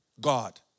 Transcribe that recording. God